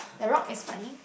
the rock is funny